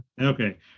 Okay